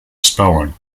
spelling